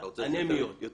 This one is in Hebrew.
אתה רוצה יותר התלהבות.